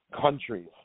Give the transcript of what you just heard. countries